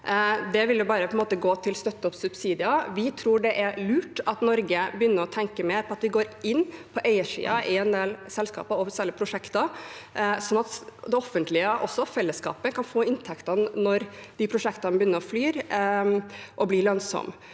Det vil bare måtte gå til støtte og subsidier. Vi tror det er lurt at Norge begynner å tenke mer på å gå inn på eiersiden i en del selskaper og særlig prosjekter, sånn at det offentlige og fellesskapet kan få inntektene når de prosjektene begynner å fly og blir lønnsomme.